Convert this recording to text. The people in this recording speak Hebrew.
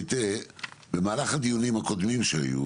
במהלך הדיונים הקודמים שהיו,